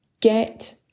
get